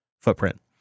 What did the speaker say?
footprint